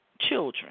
children